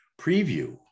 preview